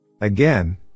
Again